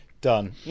Done